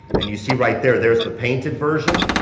and you see right there, there's the painted version